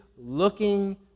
looking